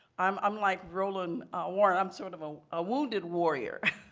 i'm i'm like roland warren. i'm sort of a ah wounded warrior,